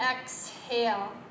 exhale